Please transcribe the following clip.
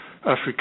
Africa